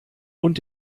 und